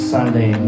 Sunday